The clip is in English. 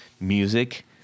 music